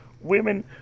Women